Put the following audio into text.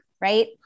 right